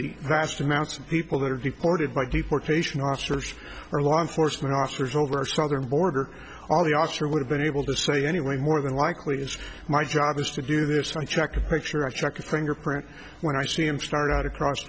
the vast amounts of people that are deported by deportation officers or law enforcement officers over our southern border all the officer would have been able to say anyway more than likely as my job is to do this i check a picture i check a fingerprint when i see him start out across